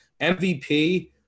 MVP